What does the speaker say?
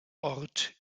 ort